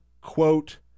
quote